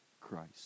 Christ